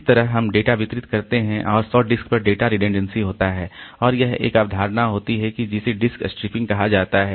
इस तरह हम डेटा वितरित करते हैं और 100 डिस्क पर डेटा रेडंडेन्सी होता है और एक अवधारणा होती है जिसे डिस्क स्ट्रिपिंग कहा जाता है